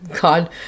God